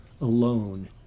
alone